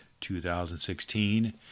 2016